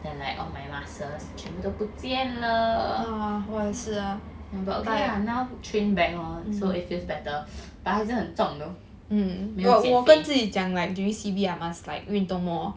then like all my muscles 全部都不见了 but okay lah now train back lor so it feels better but 还是很重 though 没有减肥